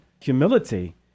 humility